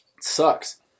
Sucks